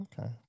Okay